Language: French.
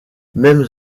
même